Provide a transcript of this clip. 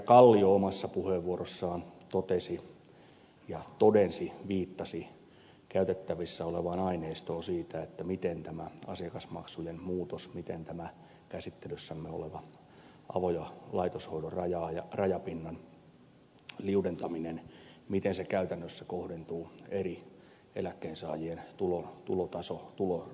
kallio omassa puheenvuorossaan totesi ja todensi viittasi käytettävissä olevaan aineistoon siitä miten tämä asiakasmaksujen muutos tämä käsittelyssämme oleva avo ja laitoshoidon rajapinnan liudentaminen käytännössä kohdentuu eri eläkkeensaajien tulotasoryhmiin